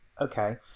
Okay